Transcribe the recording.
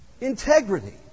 integrity